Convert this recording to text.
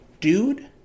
Dude